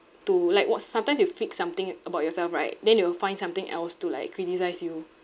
to like what sometimes you fix something about yourself right then they will find something else to like criticise you